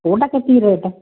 କେଉଁଟା କେତିକି ରେଟ୍